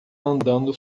andando